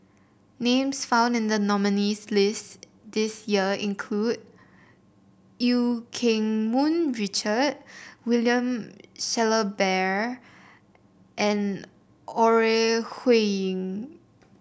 names found in the nominees' list this year include Eu Keng Mun Richard William Shellabear and Ore Huiying